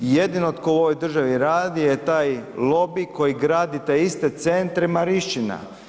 I jedino tko u ovoj državi radi je taj lobij koji gradi te iste centre Marišćina.